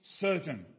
certain